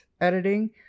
editing